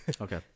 Okay